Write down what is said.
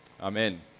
Amen